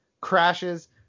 crashes